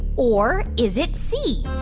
or is it c,